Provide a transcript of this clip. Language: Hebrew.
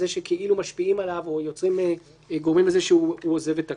זה שכאילו משפיעים עליו או שגורמים לכך שהוא עוזב את הכנסת.